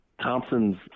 Thompson's